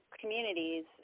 communities